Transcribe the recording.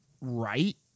right